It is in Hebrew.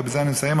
ובזה אני מסיים,